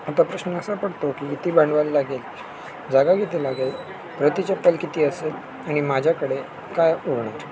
आता प्रश्न असा पडतो की किती भांडवल लागेल जागा किती लागेल प्रति चप्पल किती असेल आणि माझ्याकडे काय ओळख